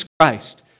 Christ